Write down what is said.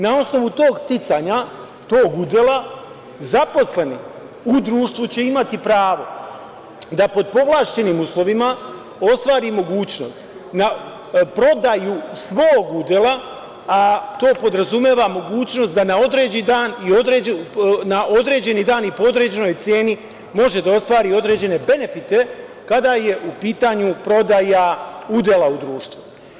Na osnovu tog sticanja tog udela, zaposleni u društvu će imati pravo da pod povlašćenim uslovima ostvari mogućnost na prodaju svog udela, a to podrazumeva mogućnost da na određeni dan i po određenoj ceni može da ostvari određene benefite kada je u pitanju prodaja udela u društvu.